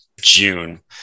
June